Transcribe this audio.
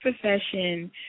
profession